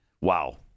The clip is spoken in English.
Wow